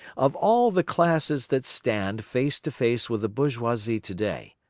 of all the classes that stand face to face with the bourgeoisie today,